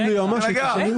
האם ליועמ"שית יש אמירה.